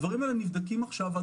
הדברים דינמיים, ונבדקים עכשיו.